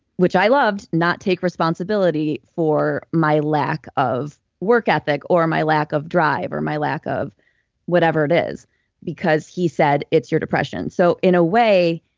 which i loved, not take responsibility for my lack of work ethic or my lack of drive or my lack of whatever it is because he said it's your depression so in a way,